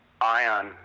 ion